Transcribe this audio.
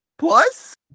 Plus